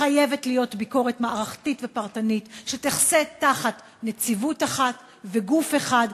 חייבת להיות ביקורת מערכתית ופרטנית שתחסה תחת נציבות אחת וגוף אחד.